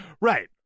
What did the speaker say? Right